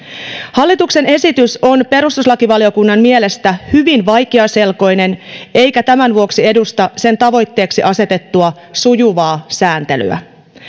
hallituksen esitys on perustuslakivaliokunnan mielestä hyvin vaikeaselkoinen eikä tämän vuoksi edusta sen tavoitteeksi asetettua sujuvaa sääntelyä